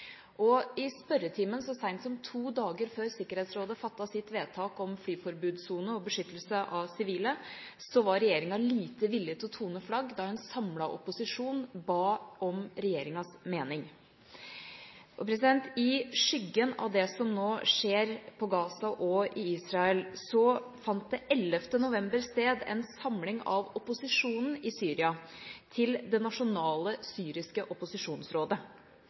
og i spørretimen så sent som to dager før Sikkerhetsrådet fattet sitt vedtak om flyforbudssone og beskyttelse av sivile, var regjeringa lite villig til å tone flagg da en samlet opposisjon ba om regjeringas mening. I skyggen av det som nå skjer på Gaza og i Israel, fant det den 11. november sted en samling av opposisjonen i Syria – til det nasjonale syriske opposisjonsrådet.